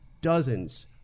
dozens